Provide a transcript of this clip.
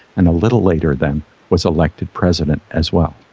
and a little later then was elected president as well.